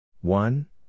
One